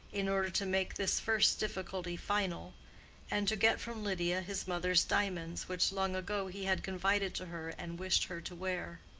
in order to make this first difficulty final and to get from lydia his mother's diamonds, which long ago he had confided to her and wished her to wear.